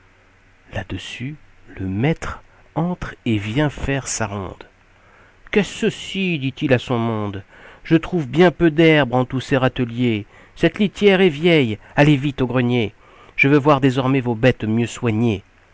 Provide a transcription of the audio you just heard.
là-dessus le maître entre et vient faire sa ronde qu'est-ce ci dit-il à son monde je trouve bien peu d'herbe en tous ces râteliers cette litière est vieille allez vite aux greniers je veux voir désormais vos bêtes mieux soignées